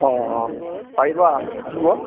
অঁ অঁ পাৰিব আহিব